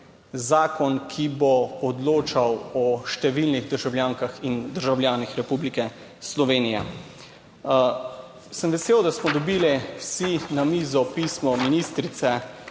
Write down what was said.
zakon, ki bo odločal o številnih državljankah in državljanih Republike Slovenije. Sem vesel, da smo dobili vsi na mizo pismo ministrice